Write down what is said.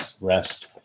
rest